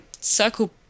circle